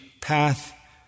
path